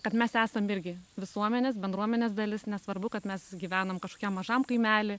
kad mes esam irgi visuomenės bendruomenės dalis nesvarbu kad mes gyvenam kažkokiam mažam kaimely